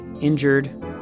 injured